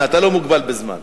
אתה לא מוגבל בזמן.